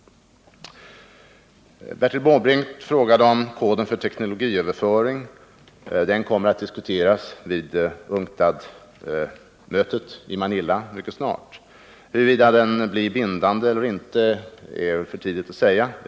Bertil Måbrink frågade om koden för teknologiöverföring. Den kommer att diskuteras vid UNCTAD-mötet i Manila mycket snart. Huruvida den blir bindande eller inte är det väl för tidigt att uttala sig om.